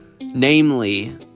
namely